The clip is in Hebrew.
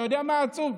אתה יודע מה עצוב?